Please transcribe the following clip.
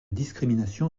discrimination